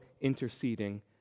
interceding